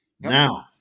Now